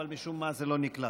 אבל משום מה זה לא נקלט.